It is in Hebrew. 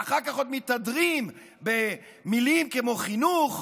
ואחר כך עוד מתהדרים במילים כמו חינוך,